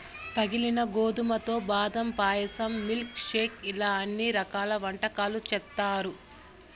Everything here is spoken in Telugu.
పగిలిన గోధుమలతో బాదం పాయసం, మిల్క్ షేక్ ఇలా అన్ని రకాల వంటకాలు చేత్తారు